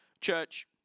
Church